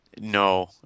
No